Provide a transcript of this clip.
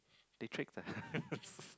they tricked us